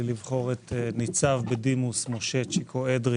לבחור את ניצב בדימוס משה צ'יקו אדרי